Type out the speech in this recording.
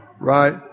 right